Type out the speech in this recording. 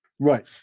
Right